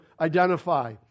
identify